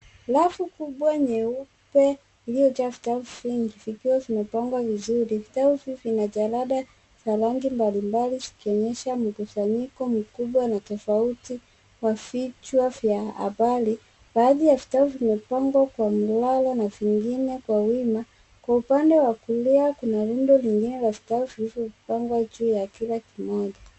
Rafu kubwa nyeupe, iliyojaa vitabu vingi vikiwa vimepangwa vizuri. Vitabu hivi vina jalada za rangi mbalimbali zikionyesha mkusanyiko mkubwa na tofauti wa vichwa vya habari. Baadhi ya vitabu vimepangwa kwa mlalo na vingine kwa wima. Kwa upande wa kulia, kuna lundo lingine la vitabu vilivyopangwa juu ya Kila kimoja.